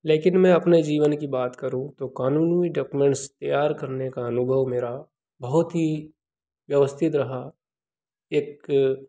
लेकिन मैं अपने जीवन की बात करूँ तो क़ानूनी डॉक्युमेंट्स तैयार करने का अनुभव मेरा बहुत ही व्यवस्थित रहा एक